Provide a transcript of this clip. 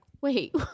wait